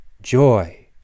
joy